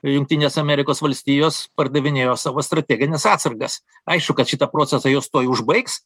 jungtinės amerikos valstijos pardavinėjo savo strategines atsargas aišku kad šitą procesą jos tuoj užbaigs